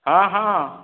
ହଁ ହଁ